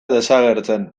desagertzen